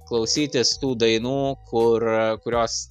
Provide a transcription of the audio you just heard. klausytis tų dainų kur kurios